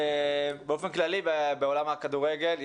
באופן כללי בעולם הכדורגל,